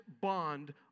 bond